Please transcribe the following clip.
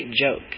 joke